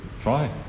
Try